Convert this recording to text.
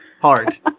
Heart